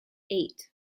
eight